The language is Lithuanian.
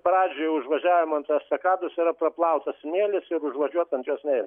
pradžiai užvažiavimo ant estakados yra praplautas smėlis ir užvažiuot ant jos nein